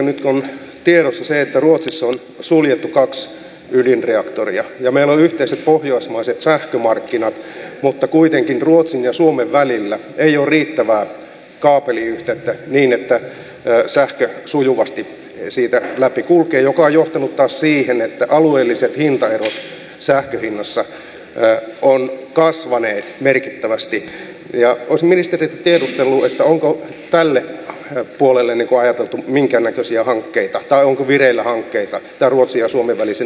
nyt kun on tiedossa se että ruotsissa on suljettu kaksi ydinreaktoria ja meillä on yhteiset pohjoismaiset sähkömarkkinat mutta kuitenkaan ruotsin ja suomen välillä ei ole riittävää kaapeliyhteyttä niin että sähkö sujuvasti siitä läpi kulkee mikä on johtanut taas siihen että alueelliset hintaerot sähkön hinnassa ovat kasvaneet merkittävästi niin olisin vastuunalaiselta ministeriltä tiedustellut onko tälle puolelle ajateltu minkäännäköisiä hankkeita tai onko vireillä hankkeita ruotsin ja suomen välisen sähkönsiirron osalta